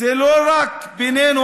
זה לא רק בינינו,